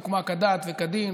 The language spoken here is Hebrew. הוקמה כדת וכדין,